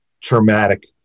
traumatic